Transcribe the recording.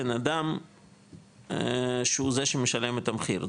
בנאדם שהוא זה שמשלם את המחיר,